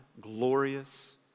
glorious